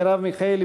מרב מיכאלי,